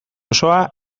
osoa